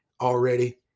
already